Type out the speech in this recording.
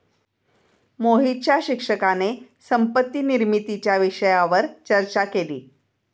मोहितच्या शिक्षकाने संपत्ती निर्मितीच्या विषयावर चर्चा केली